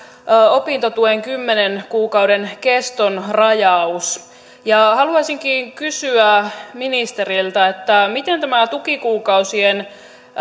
opintotuen keston kymmenen kuukauden rajaus haluaisinkin kysyä ministeriltä miten tämä tukikuukausien